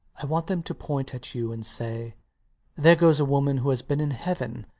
i want them to point at you and say there goes a woman who has been in heaven.